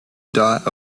dot